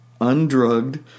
undrugged